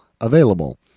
available